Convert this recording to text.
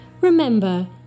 remember